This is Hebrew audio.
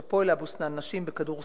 יש "הפועל אבו-סנאן" לנשים בכדורסל,